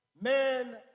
men